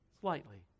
slightly